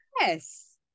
Yes